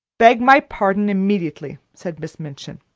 beg my pardon immediately, said miss minchin.